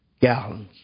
gallons